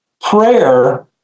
Prayer